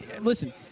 listen